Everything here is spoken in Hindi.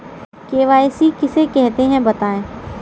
के.वाई.सी किसे कहते हैं बताएँ?